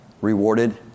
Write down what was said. rewarded